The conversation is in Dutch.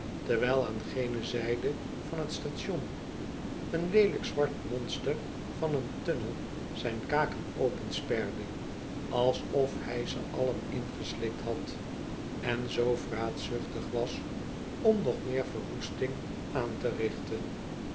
terwijl aan gene zijde van t station een leelijk zwart monster van een tunnel zijn kaken opensperde alsof hij ze allen ingeslikt had en zoo vraatzuchtig was om nog meer verwoesting aan te richten